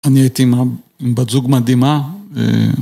אני הייתי עם בת זוג מדהימה